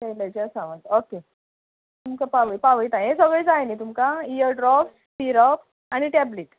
Shailesha Sawant okay तुमक तुमकां पावयतां हें सगळें जाय नी तुमकां इयर ड्रोप्स सिरप आनी टॅबलेट